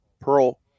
Pearl